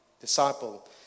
disciple